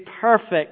perfect